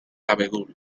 abedul